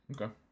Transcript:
Okay